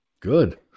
good